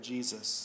Jesus